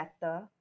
better